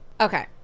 Okay